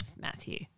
Matthew